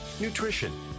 Nutrition